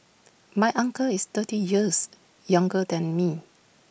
my uncle is thirty years younger than me